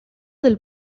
del